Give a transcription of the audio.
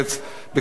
בקריאה טרומית.